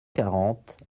quarante